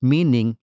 Meaning